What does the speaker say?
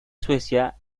suecia